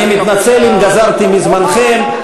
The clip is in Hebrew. אני מתנצל אם גזלתי מזמנכם.